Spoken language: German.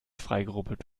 freigerubbelt